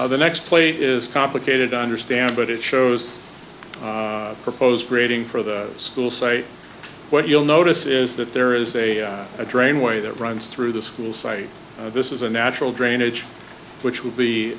the the next place is complicated to understand but it shows proposed rating for the school site what you'll notice is that there is a train way that runs through the school site this is a natural drainage which will be